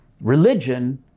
Religion